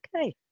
Okay